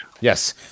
Yes